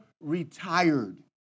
retired